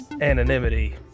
anonymity